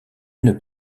une